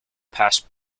passed